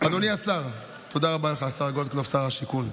אדוני השר, תודה רבה לך, השר גולדקנופ, שר השיכון.